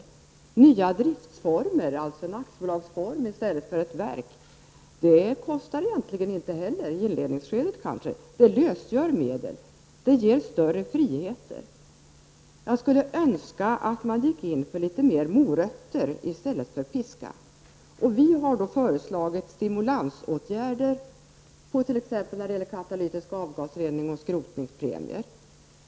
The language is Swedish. Att övergå till annan driftsform, alltså aktiebolag i stället för verk, kostar egentligen inte heller utom kanske i inledningsskedet. Det lösgör medel och det ger större frihet. Jag skulle önska att man gick in för litet mer morötter i stället för piska. Vi har föreslagit stimulansåtgärder t.ex. när det gäller katalytisk avgasrening och skrotningspremier.